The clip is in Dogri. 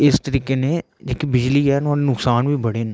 ते इस तरिके कन्नै जेहकी बिजली ऐ नुआढ़े नुक्सान बी बडे़ ना